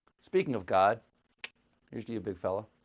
speaking of god here's to you, big fella